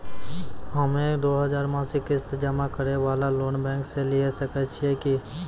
हम्मय दो हजार मासिक किस्त जमा करे वाला लोन बैंक से लिये सकय छियै की?